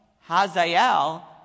Hazael